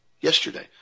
yesterday